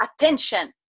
attention